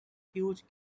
huge